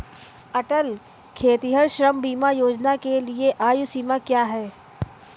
अटल खेतिहर श्रम बीमा योजना के लिए आयु सीमा क्या है?